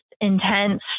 intense